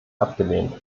abgelehnt